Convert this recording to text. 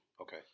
okay